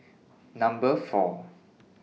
Number four